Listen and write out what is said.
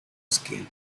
scheme